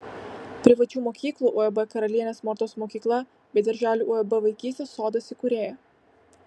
privačių mokyklų uab karalienės mortos mokykla bei darželių uab vaikystės sodas įkūrėja